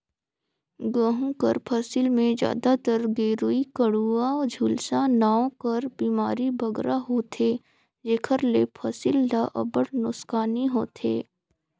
गहूँ कर फसिल में जादातर गेरूई, कंडुवा, झुलसा नांव कर बेमारी बगरा होथे जेकर ले फसिल ल अब्बड़ नोसकानी होथे